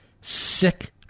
sick